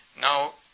Now